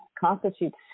constitutes